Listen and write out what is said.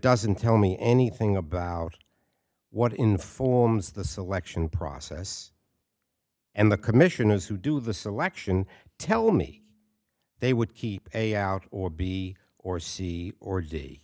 doesn't tell me anything about what informs the selection process and the commissioners who do the selection tell me they would keep a out or b or c or d